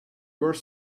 were